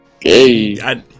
hey